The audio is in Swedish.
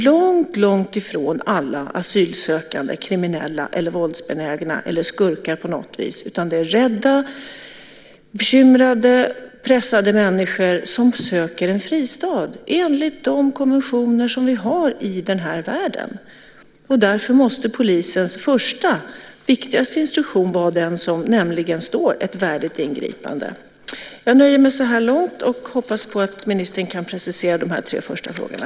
Långt ifrån alla asylsökande är ju kriminella, våldsbenägna eller skurkar på något vis, utan det är rädda, bekymrade och pressade människor som söker en fristad enligt de konventioner vi har i den här världen. Därför måste polisens första och viktigaste instruktion vara den som anges, nämligen ett värdigt ingripande. Jag nöjer mig så här långt och hoppas att ministern kan precisera svaren på de här tre första frågorna.